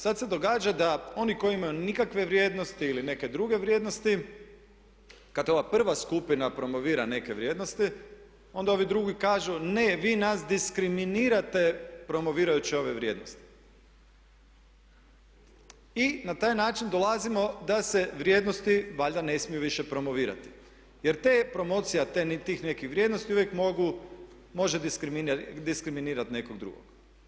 Sad se događa da oni koji imaju nikakve vrijednosti ili neke druge vrijednosti, kad ova prva skupina promovira neke vrijednosti onda ovi drugi kažu ne, vi nas diskriminirate promovirajući ove vrijednosti i na taj način dolazimo da se vrijednosti valjda ne smiju više promovirati jer promocija tih nekih vrijednosti uvijek može diskriminirati nekog drugog.